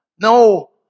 No